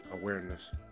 awareness